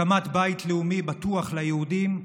הקמת בית לאומי בטוח ליהודים,